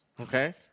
Okay